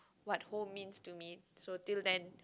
what home means to me so till then